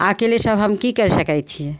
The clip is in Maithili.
आओर अकेले सब हम कि करि सकै छिए